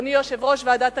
אדוני יושב-ראש ועדת הכספים.